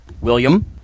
William